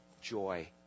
joy